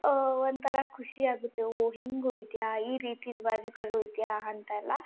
ಒ ಒಂಥರ ಖುಷಿಯಾಗತ್ತೆ ಓಹ್ ಹಿಂಗೂ ಇದೆಯಾ ಈ ರೀತಿ ರಿವಾಜುಗಳು ಇದೆಯಾ ಅಂತೆಲ್ಲಾ